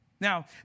Now